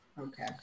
Okay